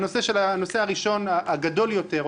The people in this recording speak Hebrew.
הנושא הגדול יותר,